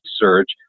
research